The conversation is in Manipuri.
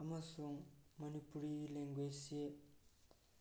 ꯑꯃꯁꯨꯡ ꯃꯅꯤꯄꯨꯔꯤ ꯂꯦꯡꯒꯣꯏꯁꯁꯦ